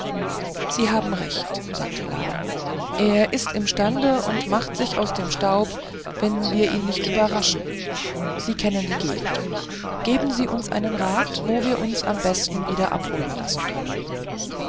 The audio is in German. sie haben recht sagte la er ist imstande und macht sich vor uns aus dem staub wenn wir ihn nicht überraschen sie kennen die gegend geben sie uns einen rat wo wir uns am besten wieder abholen lassen können